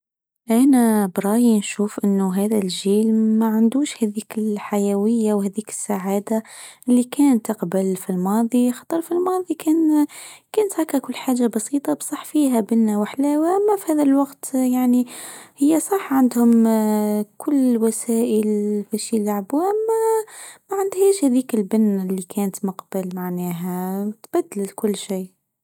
أنا برأيي نشوف أنه هذا الجيل ما عندوش هذيك الحيوية وهذيك السعادة اللي كانت قبل في الماضي، خاطر في الماضي كان سككوا لحاجة بسيطة بصح فيها بنا وحلا، ويالله في هذا الوقت يعني هي صح عندهم آآ كل الوسائل بيش يلعبوا أما معندهاش هذيك البنا اللى كانت قبل معناها تقتلت كل شي.